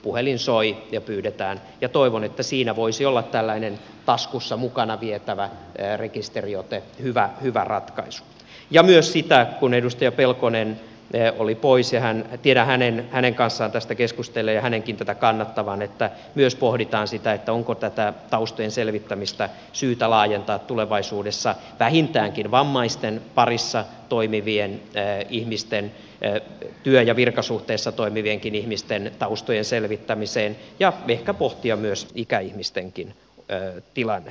puhelin soi ja pyydetään ja toivon että siinä voisi olla tällainen taskussa mukana vietävä rekisteriote hyvä ratkaisu ja myös kun edustaja pelkonen oli poissa ja tiedän hänen kanssaan tästä keskustelleena hänenkin tätä kannattavan että pohditaan sitä onko tätä taustojen selvittämistä syytä laajentaa tulevaisuudessa vähintäänkin vammaisten parissa toimivien ihmisten työ ja virkasuhteessa toimivienkin ihmisten taustojen selvittämiseen ja ehkä pohtia myös ikäihmistenkin tilannetta